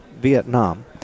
Vietnam